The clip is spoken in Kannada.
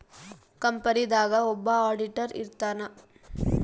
ಕಂಪನಿ ದಾಗ ಒಬ್ಬ ಆಡಿಟರ್ ಇರ್ತಾನ